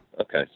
Okay